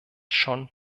schon